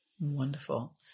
wonderful